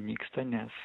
nyksta nes